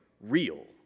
real